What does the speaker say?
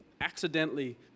accidentally